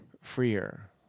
freer